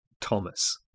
Thomas